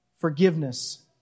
forgiveness